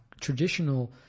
traditional